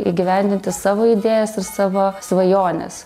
įgyvendinti savo idėjas ir savo svajones